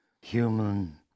human